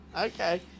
Okay